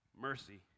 mercy